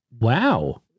Wow